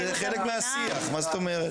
זה חלק מהשיח מה זאת אומרת?